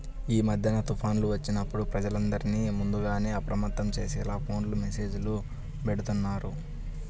యీ మద్దెన తుఫాన్లు వచ్చినప్పుడు ప్రజలందర్నీ ముందుగానే అప్రమత్తం చేసేలా ఫోను మెస్సేజులు బెడతన్నారు